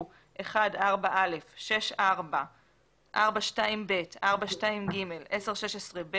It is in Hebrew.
הוא 1.4א, 4.2ב, 4.2ג, ו-10.16ב,